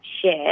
share